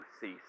cease